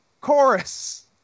chorus